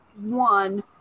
one